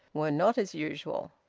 were not as usual.